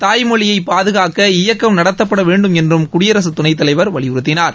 தாய் மொழியை பாதுகாக்க இயக்கம் நடத்தப்பட வேண்டும் என்றும் குடியரசு துணைத்தலைவர் வலியுறுத்தினார்